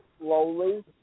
slowly